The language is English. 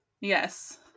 Yes